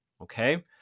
okay